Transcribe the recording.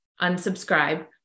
Unsubscribe